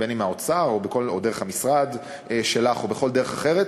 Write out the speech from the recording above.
אם מהאוצר או דרך המשרד שלך או בכל דרך אחרת,